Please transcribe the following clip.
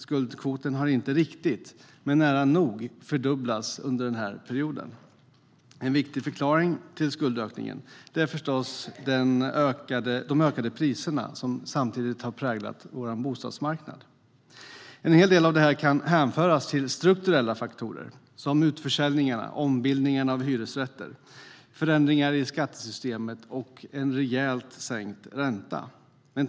Skuldkvoten har inte riktigt, men nära nog, fördubblats under den här perioden. En viktig förklaring till skuldökningen är förstås de ökade priserna som samtidigt har präglat vår bostadsmarknad. En hel del av det här kan hänföras till strukturella faktorer som utförsäljningarna, ombildningarna, av hyresrätter, förändringar i skattesystemet och en rejält sänkt ränta.